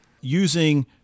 Using